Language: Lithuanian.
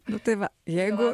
nu tai va jeigu